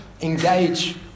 engage